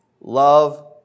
Love